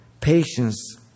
patience